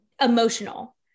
emotional